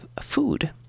food